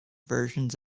versions